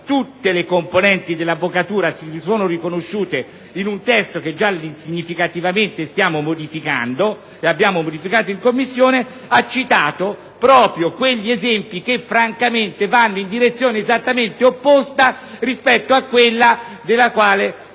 tutte le componenti dell'avvocatura si sono riconosciute in un testo che già significativamente stiamo modificando e abbiamo modificato in Commissione, ha citato proprio quegli esempi che vanno nella direzione esattamente opposta rispetto a quella indicata